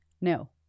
No